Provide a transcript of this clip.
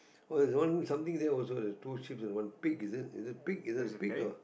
what is one something that also the two sheep's and one pig is it is it pig is it a pig or